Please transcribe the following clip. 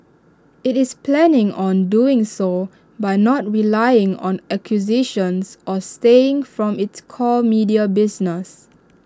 IT is planning on doing so by not relying on acquisitions or straying from its core media business